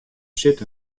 sit